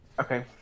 Okay